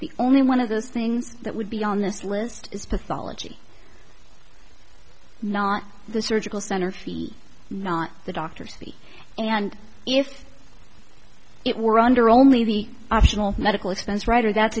the only one of those things that would be on this list is pathology not the surgical center not the doctors and if it were under only the optional medical expense writer that's